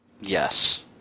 Yes